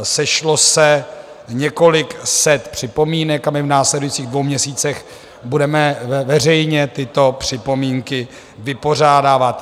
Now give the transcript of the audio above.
Sešlo se několik set připomínek a my v následujících dvou měsících budeme veřejně tyto připomínky vypořádávat.